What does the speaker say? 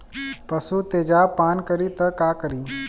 पशु तेजाब पान करी त का करी?